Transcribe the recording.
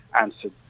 answered